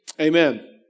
Amen